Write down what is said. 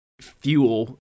fuel